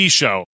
show